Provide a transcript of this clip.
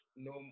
No